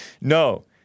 No